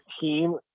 team